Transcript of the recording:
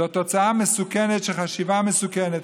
זו תוצאה מסוכנת של חשיבה מסוכנת.